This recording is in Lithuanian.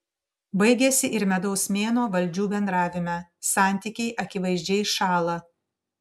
baigiasi ir medaus mėnuo valdžių bendravime santykiai akivaizdžiai šąla